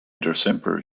december